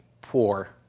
poor